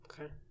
Okay